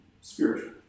spiritual